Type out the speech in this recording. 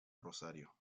rosario